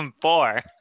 four